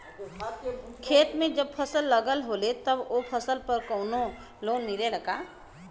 खेत में जब फसल लगल होले तब ओ फसल पर भी कौनो लोन मिलेला का?